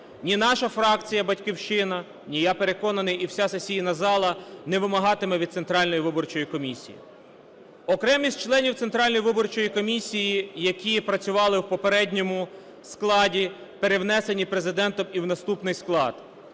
ні наша фракція "Батьківщина", ні, я переконаний, вся сесійна зала не вимагатиме від Центральної виборчої комісії. Окремі з членів Центральної виборчої комісії, які працювали в попередньому складі, перевнесені Президентом і в наступний склад.